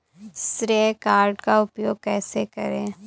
श्रेय कार्ड का उपयोग कैसे करें?